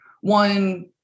one